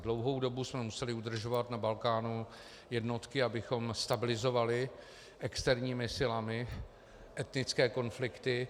Dlouhou dobou jsme museli udržovat na Balkánu jednotky, abychom stabilizovali externími silami etnické konflikty.